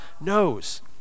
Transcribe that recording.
knows